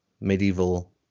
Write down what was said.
medieval